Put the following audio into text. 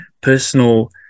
personal